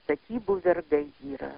statybų vergai yra